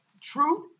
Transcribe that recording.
truth